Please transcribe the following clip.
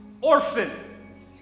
orphan